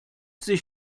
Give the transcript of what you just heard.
sich